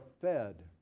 fed